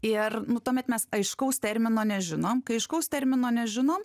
ir nu tuomet mes aiškaus termino nežinom kai aiškaus termino nežinom